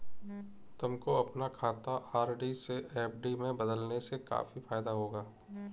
तुमको अपना खाता आर.डी से एफ.डी में बदलने से काफी फायदा होगा